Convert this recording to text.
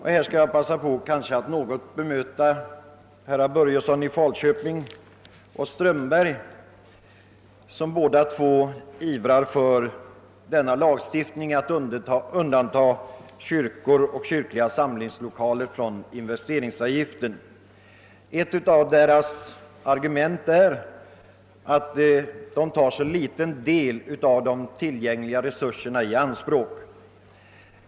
Här vill jag passa på att något bemöta herrar Börjesson i Falköping och Strömberg, som båda ivrar för att kyrkor och kyrkliga samlingslokaler skall undantas från investeringsavgiften. Ett av deras argument är att detta byggande tar i anspråk en så liten del av de tillgängliga resurserna.